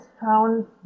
found